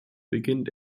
beginnt